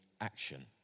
action